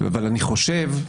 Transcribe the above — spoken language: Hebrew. אני חושב,